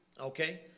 Okay